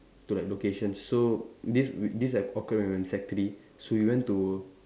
to like locations so this we this like occurred when we were in sec three so we went to